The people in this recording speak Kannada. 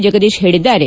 ಜಗದೀಶ್ ಹೇಳಿದ್ದಾರೆ